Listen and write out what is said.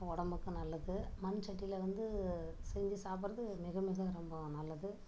உடம்புக்கும் நல்லது மண்சட்டியில் வந்து செஞ்சு சாப்பிட்றது மிக மிக ரொம்ப நல்லது